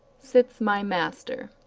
sits my master.